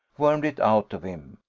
wormed it out of him,